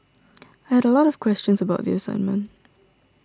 I had a lot of questions about the assignment